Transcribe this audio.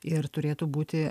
ir turėtų būti